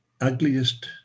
ugliest